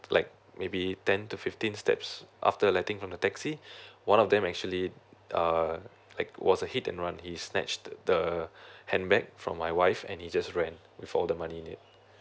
like maybe ten to fifteen steps after letting from the taxi one of them actually uh like was a hit and run he snatched the handbag from my wife and he just ran for the money